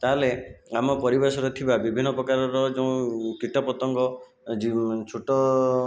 ତାହେଲେ ଆମ ପରିବେଶରେ ଥିବା ବିଭିନ୍ନ ପ୍ରକାରର ଯେଉଁ କୀଟପତଙ୍ଗ ଛୋଟ